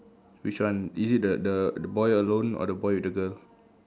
which one is it the the the boy alone or the boy with the girl